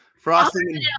Frosting